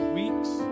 weeks